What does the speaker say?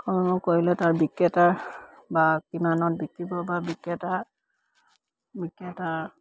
কৰিলে তাৰ বিক্ৰেতাৰ বা কিমানত বিকিব বা বিক্ৰেতাৰ বিক্ৰেতাৰ